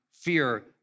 fear